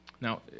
Now